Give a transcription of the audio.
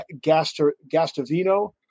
Gastavino